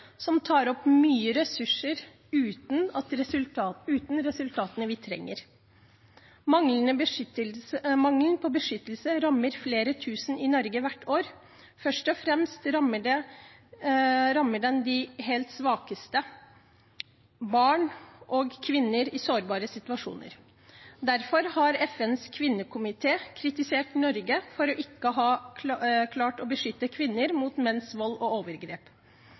som tar opp mye ressurser, uten å gi resultatene vi trenger. Mangelen på beskyttelse rammer flere tusen i Norge hvert år. Først og fremst rammer det de helt svakeste – barn og kvinner i sårbare situasjoner. Derfor har FNs kvinnekomité kritisert Norge for ikke å ha klart å beskytte kvinner mot menns vold og overgrep.